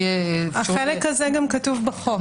החלק הזה גם כתוב בחוק.